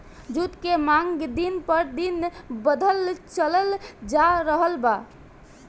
जुट के मांग दिन प दिन बढ़ल चलल जा रहल बा